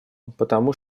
потому